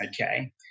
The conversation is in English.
Okay